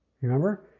Remember